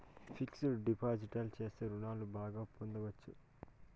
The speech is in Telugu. ఫిక్స్డ్ డిపాజిట్ చేస్తే రుణాలు బాగా పొందొచ్చు